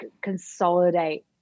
consolidate